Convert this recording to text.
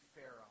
pharaoh